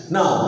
Now